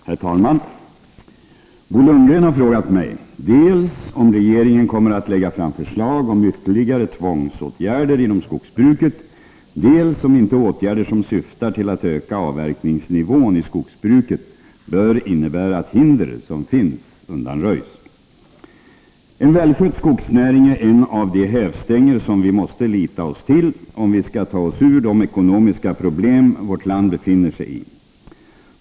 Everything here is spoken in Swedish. Herr talman! Bo Lundgren har frågat mig dels om regeringen kommer att lägga fram förslag om ytterligare tvångsåtgärder inom skogsbruket, dels om inte åtgärder som syftar till att öka avverkningsnivån i skogsbruket bör innebära att hinder som finns undanröjs. En välskött skogsnäring är en av de hävstänger som vi måste förlita oss till om vi skall ta oss ur de ekonomiska problem vårt land befinner sig i.